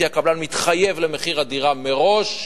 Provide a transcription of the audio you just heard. כי הקבלן מתחייב למחיר הדירה מראש.